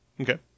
Okay